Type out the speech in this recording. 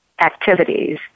activities